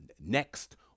next